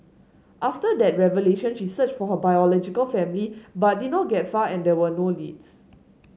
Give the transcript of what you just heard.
after that revelation she searched for her biological family but did not get far and there were no leads